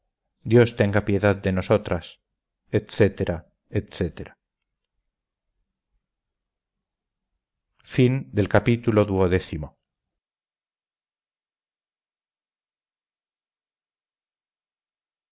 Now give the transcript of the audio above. dios tenga piedad de nosotras etc etc